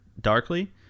Darkly